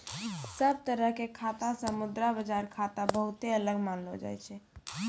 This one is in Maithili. सब तरह के खाता से मुद्रा बाजार खाता बहुते अलग मानलो जाय छै